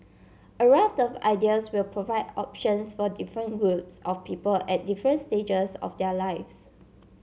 a raft of ideas will provide options for different groups of people at different stages of their lives